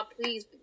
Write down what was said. please